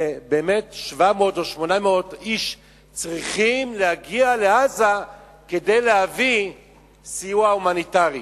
שבאמת 700 או 800 איש צריכים להגיע לעזה כדי להביא סיוע הומניטרי.